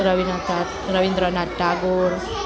Rabindranath Rabindranath Tagore